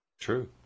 True